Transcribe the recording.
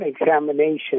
examination